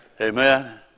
Amen